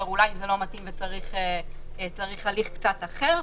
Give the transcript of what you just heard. אולי זה לא מתאים וצריך הליך קצת אחר,